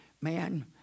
Man